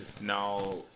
Now